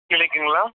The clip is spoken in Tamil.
க்ளினிக்குங்களா